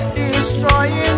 destroying